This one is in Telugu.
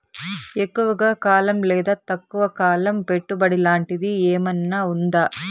ఎక్కువగా కాలం లేదా తక్కువ కాలం పెట్టుబడి లాంటిది ఏమన్నా ఉందా